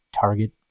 target